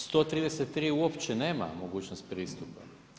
133 uopće nema mogućnost pristupa.